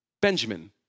Benjamin